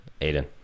aiden